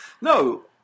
No